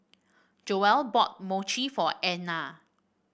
Joelle bought Mochi for Einar